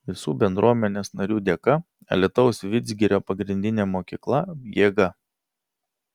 visų bendruomenės narių dėka alytaus vidzgirio pagrindinė mokykla jėga